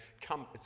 come